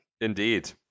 Indeed